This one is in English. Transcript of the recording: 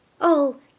Oh